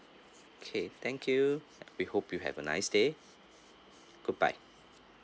okay thank you we hope you have a nice day goodbye